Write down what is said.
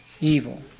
evil